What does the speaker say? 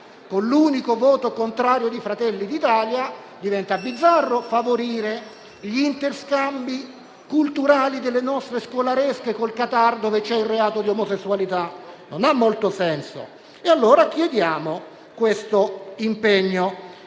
con l'unico voto contrario di Fratelli d'Italia, diventa bizzarro favorire gli interscambi culturali delle nostre scolaresche col Qatar, dove è previsto il reato di omosessualità. Non ha molto senso. Per questo chiediamo tale impegno